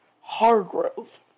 Hargrove